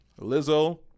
Lizzo